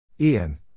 Ian